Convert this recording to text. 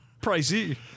Pricey